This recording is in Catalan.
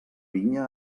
vinya